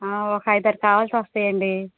ఒక ఐదారు కావాల్సొస్తాయండి